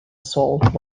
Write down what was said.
salt